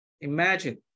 imagine